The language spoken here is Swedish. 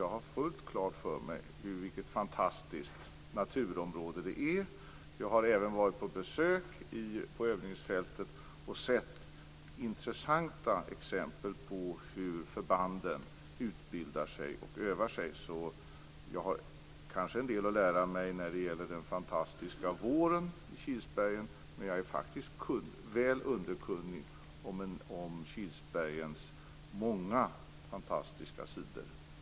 Jag har fullt klart för mig vilket fantastiskt naturområde detta är. Jag har även varit på besök på övningsfältet och sett intressanta exempel på hur förbanden utbildar och övar sig. Jag har kanske en del att lära mig när det gäller den fantastiska våren i Kilsbergen, men jag är faktiskt väl underkunnig om Kilsbergens många fantastiska sidor.